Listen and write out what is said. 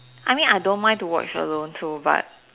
I mean I don't mind to watch alone so but